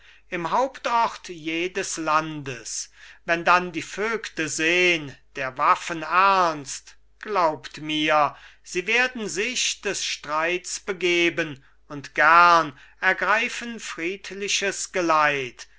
im hauptort jedes landes wenn dann die vögte sehn der waffen ernst glaubt mir sie werden sich des streits begeben und gern ergreifen friedliches geleit